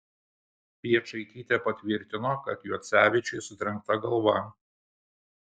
piečaitytė patvirtino kad juocevičiui sutrenkta galva